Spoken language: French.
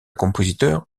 compositeur